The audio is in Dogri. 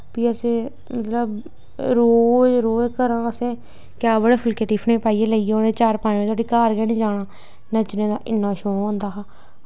फ्ही असें जेल्लै रोज़ रोज़ घरा असें कैब आह्ले फुलकै टिफनै ई लेइयै असें चार पंज दिन धोड़ी घर निं जाना नच्चने दा इन्ना शौंक होंदा हा